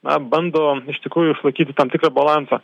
na bando iš tikrųjų išlaikyti tam tikrą balansą